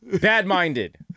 Bad-minded